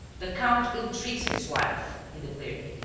the count ill-treats his wife, he declared,